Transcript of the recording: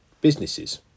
businesses